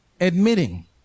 admitting